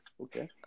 okay